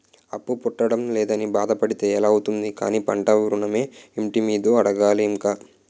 అప్పు పుట్టడం లేదని బాధ పడితే ఎలా అవుతుంది కానీ పంట ఋణమో, ఇంటి మీదో అడగాలి ఇంక